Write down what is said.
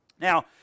Now